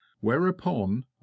whereupon